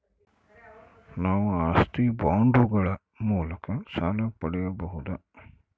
ನಾವು ಆಸ್ತಿ ಬಾಂಡುಗಳ ಮೂಲಕ ಸಾಲ ಪಡೆಯಬಹುದಾ?